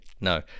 No